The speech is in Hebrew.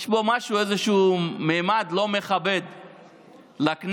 בו משהו, איזשהו ממד לא מכבד לכנסת.